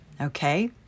Okay